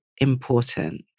important